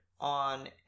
on